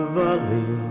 valley